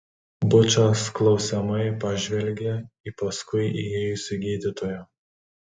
bučas klausiamai pažvelgė į paskui įėjusį gydytoją